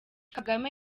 kagame